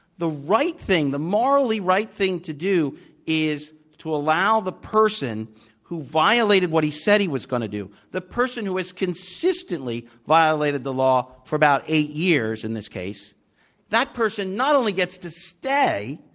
the right thing the morally right thing to do is to allow the person who violated what he said he was going to do the person who has consistently violated the law for about eight years, in this case that person not only gets to stay,